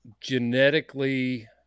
genetically